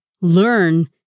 learn